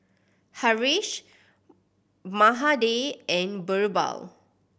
Haresh Mahade and Birbal